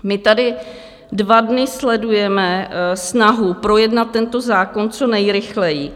My tady dva dny sledujeme snahu projednat tento zákon co nejrychleji.